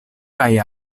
kaj